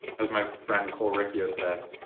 as my friend cole riccio said